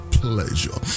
pleasure